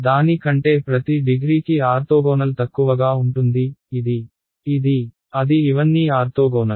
దాని కంటే ప్రతి డిగ్రీకి ఆర్తోగోనల్ తక్కువగా ఉంటుంది ఇది ఇది అది ఇవన్నీ ఆర్తోగోనల్